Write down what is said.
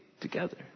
together